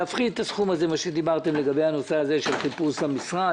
להפחית את הסכום לגבי חיפוש פתרון דיור.